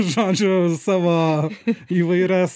žodžiu savo įvairias